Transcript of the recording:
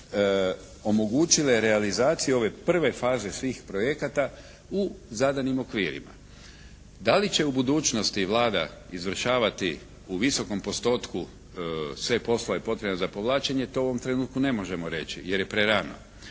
omogućile realizaciju ove prve faze svih projekata u zadanim okvirima. Da li će u budućnosti Vlada izvršavati u visokom postotku sve poslove potrebne za povlačenje to u ovom trenutku ne možemo reći jer je prerano